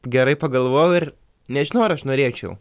gerai pagalvojau ir nežinau ar aš norėčiau